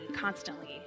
constantly